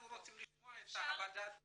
אנחנו רוצים לשמוע את חוות הדעת המשפטית.